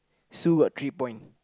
Sue got three point